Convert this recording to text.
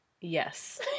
Yes